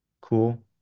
cool